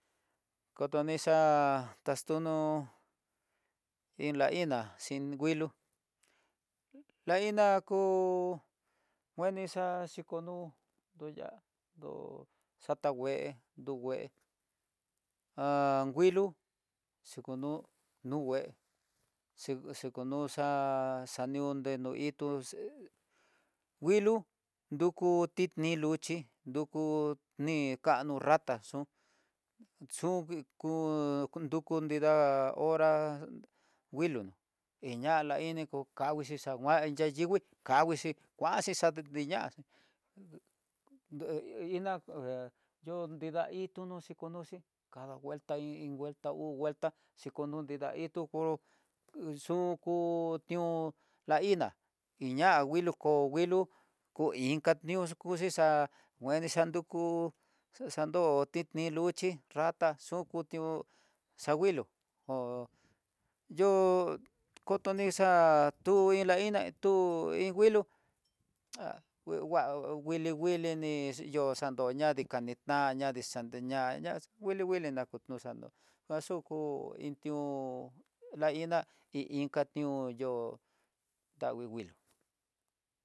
Kotoni xa'a taxtuno iin la iná, xhin nguilo la ku nguenia xa'á xhikono tuyá ndo xatangue du ngue an nguilo, yuku nú nu ngue xi xikunu xa'á, nanionde no hí tó xe nguilo nruku tidni luxhi, nruku ni kano nrata xun, xun nruku nida hora nguilo ná eñala ini ko kánguixhi xa ngua la yanguini xanguixi kuaxhi xa ni ñaxhi nde iná há yo nrida ituno xikonoxi cada nguelta i iin vuelta uu vuelta xhikono nrida itu konró xunko tión la iná iña nguilo ko nguilo ko inka niuxu kuxixá, kueni xa nruku xanro tini luxhi, rata xukutión ha nguilo yo'o kotoni xa'á tu iin la ina tu iin nguilo ha nguengua nguili nguili ni yo xando ña dikanitan ña dexenteña ña nguili nguili na kutuxano ha xuku intió la iná ti inka tió ñoo tangui nguilo.